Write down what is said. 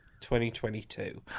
2022